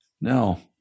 Now